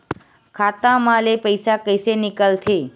खाता मा ले पईसा कइसे निकल थे?